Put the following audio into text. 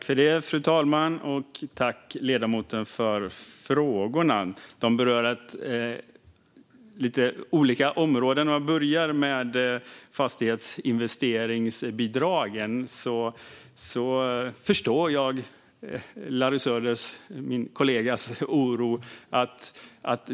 Fru talman! Jag tackar ledamoten för frågorna. De berör lite olika områden. För att börja med fastighetsinvesteringsbidragen förstår jag min kollega Larry Söders oro.